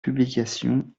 publication